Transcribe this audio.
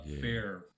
fair